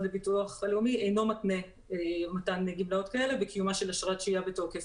לביטוח לאומי אינו מתנה קיומה של אשרת שהייה בתוקף.